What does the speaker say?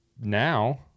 Now